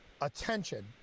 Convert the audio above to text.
attention